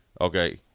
okay